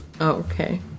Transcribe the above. Okay